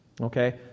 okay